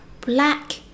black